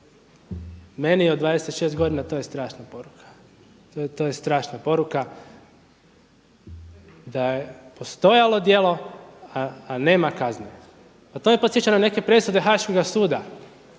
meni od 26 godina to je strašna poruka. To je strašna poruka, da je postojalo djelo, a nema kazne. To me podsjeća na neke presude Haškoga suda.